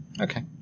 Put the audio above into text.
Okay